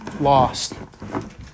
lost